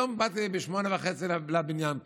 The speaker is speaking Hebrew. היום באתי ב-08:30 לבניין פה.